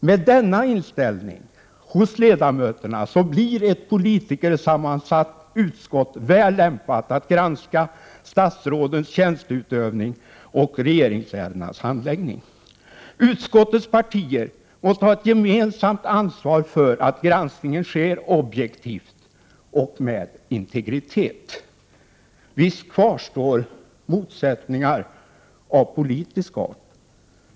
Med denna inställning hos ledamöterna blir ett politikersammansatt utskott väl lämpat att granska ”statsrådens tjänsteutövning och regeringsärendenas handläggning”. Utskottets partier måste ha ett gemensamt ansvar för att granskningen sker objektivt och med integritet. Visst kvarstår motsättningar av politisk art.